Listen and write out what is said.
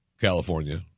California